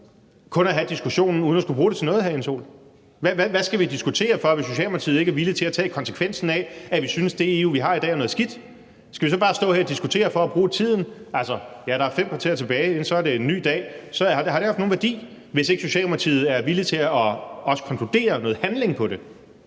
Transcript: kun at have diskussionen uden at skulle bruge det til noget, hr. Jens Joel. Hvad skal vi diskutere for, hvis Socialdemokratiet ikke er villige til at tage konsekvensen af, at vi synes, at det EU, vi har i dag, er noget skidt? Skal vi så bare stå her og diskutere for at bruge tiden? Altså, ja, der er fem kvarter tilbage, og så er det en ny dag. Har det haft nogen værdi, hvis ikke Socialdemokratiet er villige til også at konkludere noget og handle på det?